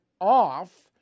off